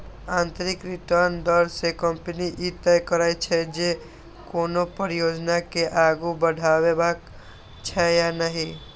आंतरिक रिटर्न दर सं कंपनी ई तय करै छै, जे कोनो परियोजना के आगू बढ़ेबाक छै या नहि